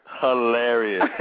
Hilarious